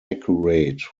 accurate